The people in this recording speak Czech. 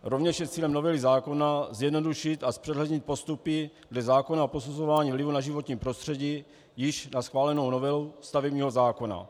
Rovněž je cílem novely zákona zjednodušit a zpřehlednit postupy dle zákona o posuzování vlivu na životní prostředí již na schválenou novelu stavebního zákona.